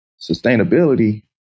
Sustainability